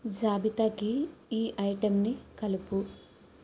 జాబితాకి ఈ ఐటెంని కలుపు